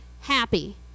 happy